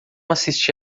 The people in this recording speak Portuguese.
assisti